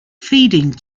feeding